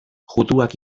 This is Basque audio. juduak